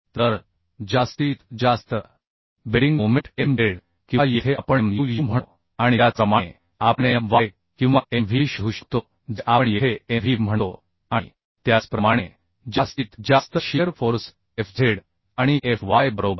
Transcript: तर जास्तीत जास्त बेंडिंग मोमेंट Mz किंवा येथे आपण MUUम्हणू आणि त्याचप्रमाणे आपण My किंवा MVV शोधू शकतो जे आपण येथे MVV म्हणतो आणि त्याचप्रमाणे जास्तीत जास्त शिअर फोर्स Fz आणि Fy बरोबर